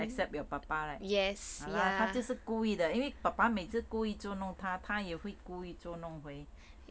except your papa leh 她就是故意的因为 papa 每次故意作弄她她也会故意捉弄回